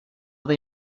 they